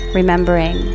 remembering